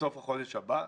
בסוף החודש הבא.